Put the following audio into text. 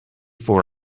for